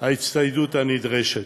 ההצטיידות הנדרשת.